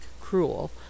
cruel